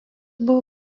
buvo